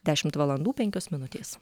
dešimt valandų penkios minutės